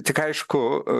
tik aišku